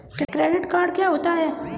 Credit card क्या होता है?